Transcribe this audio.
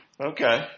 okay